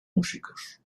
músicos